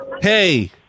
Hey